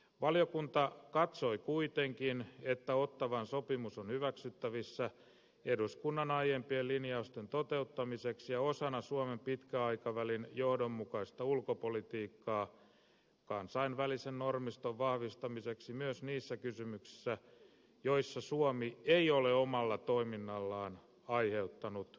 valiokunta katsoi kuitenkin että ottawan sopimus on hyväksyttävissä eduskunnan aiempien linjausten toteuttamiseksi ja osana suomen pitkän aikavälin johdonmukaista ulkopolitiikkaa kansainvälisen normiston vahvistamiseksi myös niissä kysymyksissä joissa suomi ei ole omalla toiminnallaan aiheuttanut ongelmia